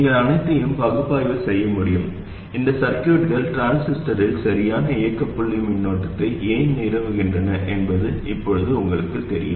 நீங்கள் அனைத்தையும் பகுப்பாய்வு செய்ய முடியும் இந்த சர்கியூட்கள் டிரான்சிஸ்டரில் சரியான இயக்க புள்ளி மின்னோட்டத்தை ஏன் நிறுவுகின்றன என்பது இப்போது உங்களுக்குத் தெரியும்